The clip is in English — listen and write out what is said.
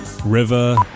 River